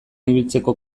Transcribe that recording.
ibiltzeko